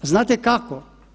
Znate kako?